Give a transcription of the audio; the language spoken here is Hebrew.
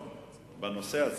אינטרסים,